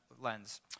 lens